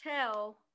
tell